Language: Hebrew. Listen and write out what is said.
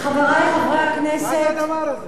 חברי חברי הכנסת, מה זה הדבר הזה?